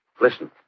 Listen